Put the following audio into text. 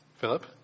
Philip